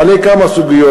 מעלה כמה סוגיות.